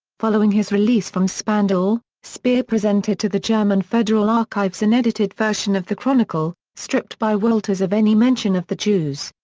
following his release from spandau, speer presented to the german federal archives an edited version of the chronicle, stripped by wolters of any mention of the jews.